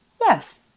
yes